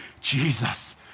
Jesus